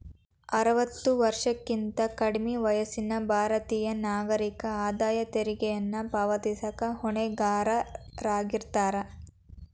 ಅರವತ್ತ ವರ್ಷಕ್ಕಿಂತ ಕಡ್ಮಿ ವಯಸ್ಸಿನ ಭಾರತೇಯ ನಾಗರಿಕರ ಆದಾಯ ತೆರಿಗೆಯನ್ನ ಪಾವತಿಸಕ ಹೊಣೆಗಾರರಾಗಿರ್ತಾರ